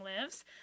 lives